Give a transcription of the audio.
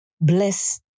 bless